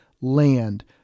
land